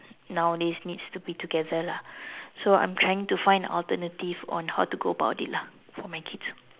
nowadays needs to be together lah so I'm trying to find alternative on how to go about it lah for my kids